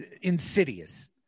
insidious